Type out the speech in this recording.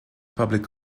public